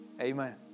Amen